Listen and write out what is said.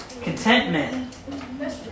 Contentment